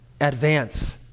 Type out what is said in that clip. Advance